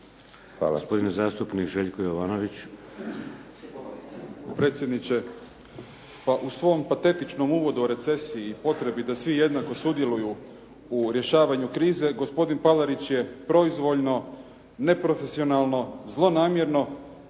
replika, gospodin zastupnik Željko Jovanović.